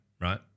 right